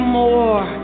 more